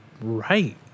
right